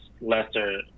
lesser